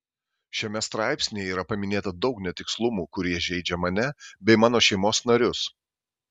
šiame straipsnyje yra paminėta daug netikslumų kurie žeidžia mane bei mano šeimos narius